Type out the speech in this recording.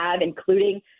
including